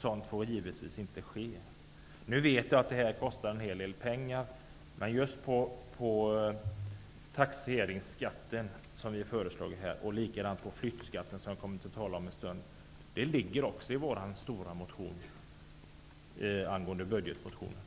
Sådant får givetvis inte ske. Nu vet jag att detta kostar en hel del pengar. Men ett förslag angående just skatten på taxeringsvärden och flyttskatten, som jag om en stund kommer att tala om, finns i vår stora motion angående budgetpropositionen.